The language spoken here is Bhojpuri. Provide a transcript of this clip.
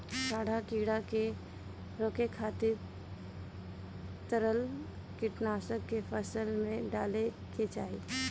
सांढा कीड़ा के रोके खातिर तरल कीटनाशक के फसल में डाले के चाही